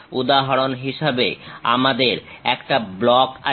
উদাহরণ হিসেবে আমাদের একটা ব্লক আছে